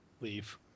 leave